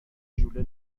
ژوله